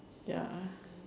ya